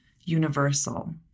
universal